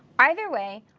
either way,